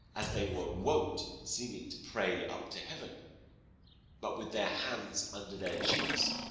as they were wont, seeming to pray up to heaven but with their hands under their cheeks,